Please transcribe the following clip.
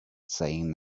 saying